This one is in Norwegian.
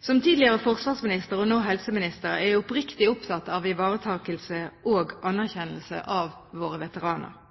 Som tidligere forsvarsminister og nå helseminister er jeg oppriktig opptatt av ivaretakelse og anerkjennelse av våre veteraner.